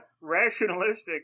rationalistic